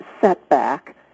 setback